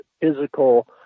physical